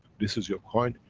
this is your coin,